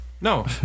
no